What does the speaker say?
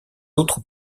autres